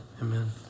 amen